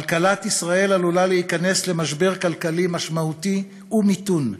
כלכלת ישראל עלולה להיכנס למשבר כלכלי משמעותי ולמיתון.